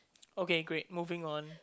okay great moving on